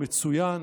מצוין,